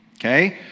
Okay